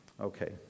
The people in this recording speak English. Okay